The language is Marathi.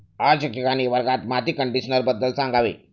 आज शिक्षकांनी वर्गात माती कंडिशनरबद्दल सांगावे